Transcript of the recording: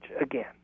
again